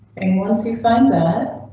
and once you find that.